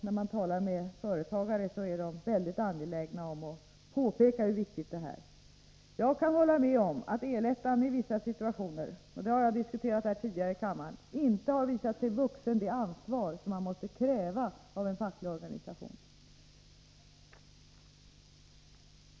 När man talar med företagare, är de väldigt angelägna om att påpeka hur viktigt detta är. Jag kan hålla med om att El-ettan i vissa situationer — det har jag förklarat i tidigare diskussioner här i kammaren — inte har visat sig vuxen det ansvar som man måste kräva av en facklig organisation.